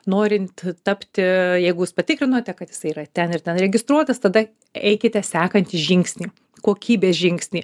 norint tapti jeigu jūs patikrinote kad jisai yra ten ir ten registruotas tada eikite sekantį žingsnį kokybės žingsnį